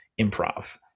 improv